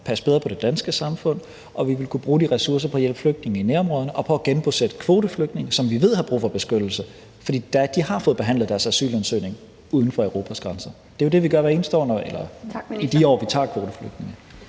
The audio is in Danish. passe bedre på det danske samfund, og vi ville kunne bruge de ressourcer på at hjælpe flygtninge i nærområderne og på at genbosætte kvoteflygtninge, som vi ved har brug for beskyttelse, fordi de har fået behandlet deres asylansøgning uden for Europas grænser. Det er jo det, vi gør i de år, vi tager kvoteflygtninge.